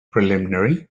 preliminary